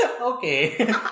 okay